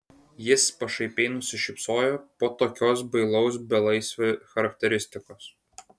jis pašaipiai nusišypsojo po tokios bailaus belaisvio charakteristikos